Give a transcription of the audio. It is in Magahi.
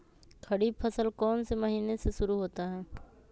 खरीफ फसल कौन में से महीने से शुरू होता है?